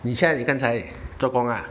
你现在你刚才做工啊